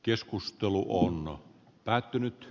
keskustelu on päättynyt